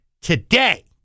today